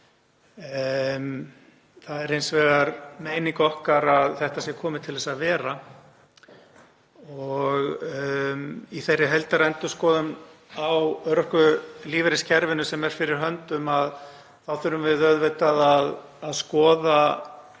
Það er hins vegar meining okkar að þetta sé komið til að vera. Í þeirri heildarendurskoðun á örorkulífeyriskerfinu sem er fyrir höndum þá þurfum við auðvitað að skoða